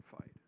fight